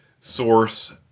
source